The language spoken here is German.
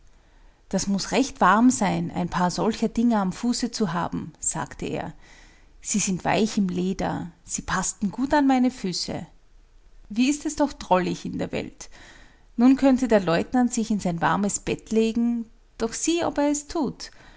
das muß recht warm sein ein paar solcher dinger am fuße zu haben sagte er sie sind weich im leder sie paßten gut an meine füße wie ist es doch drollig in der welt nun könnte der leutnant sich in sein warmes bett legen doch sieh ob er es thut